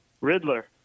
Riddler